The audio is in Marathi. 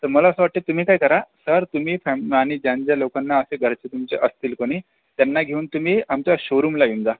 तर मला असं वाटते तुम्ही काय करा तर तुम्ही आणि ज्या ज्या लोकांनां असे घरातले तुमचा असतील कोणी त्यांना घेऊन तुम्ही आमचा शोरूमला येऊन जा